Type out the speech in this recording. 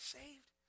saved